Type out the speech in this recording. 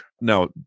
Now